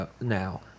now